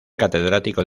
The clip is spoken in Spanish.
catedrático